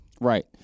Right